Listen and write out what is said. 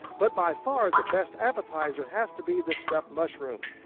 but by far the best appetizer has to be the stuff mushrooms.